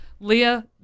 Leah